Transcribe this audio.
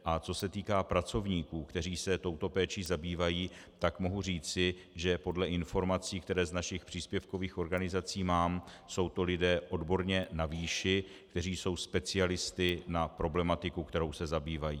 A co se týká pracovníků, kteří se touto péčí zabývají, tak mohu říci, že podle informací, které z našich příspěvkových organizací mám, jsou to lidé odborně na výši, kteří jsou specialisty na problematiku, kterou se zabývají.